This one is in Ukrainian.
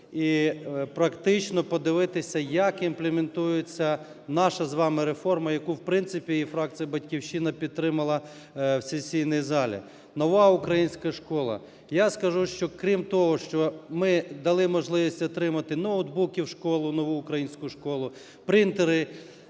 і практично подивитися, якімплементується наша з вами реформа, яку в принципі і фракція "Батьківщина" підтримала в сесійній залі. Нова українська школа. Я скажу, що крім того, що ми дали можливість отримати ноутбуки в школу, "Нову українську школу", принтери,